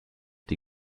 die